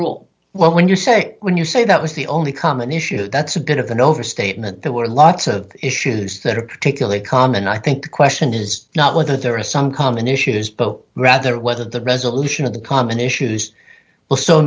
rule when you're sick when you say that was the only common issue that's a good of an overstatement there were lots of issues that are particularly common i think the question is not whether there are some common issues but rather whether the resolution of the common issues